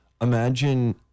imagine